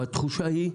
אבל התחושה היא,